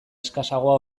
eskasagoa